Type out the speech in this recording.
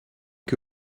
que